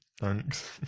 Thanks